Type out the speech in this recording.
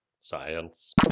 Science